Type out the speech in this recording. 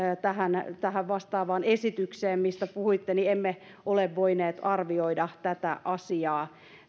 tähän vastaavaan esitykseen mistä puhuitte ole voineet arvioida tätä asiaa